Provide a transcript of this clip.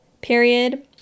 period